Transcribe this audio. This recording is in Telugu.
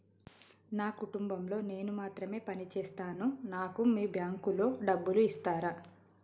నా కుటుంబం లో నేను మాత్రమే పని చేస్తాను నాకు మీ బ్యాంకు లో డబ్బులు ఇస్తరా?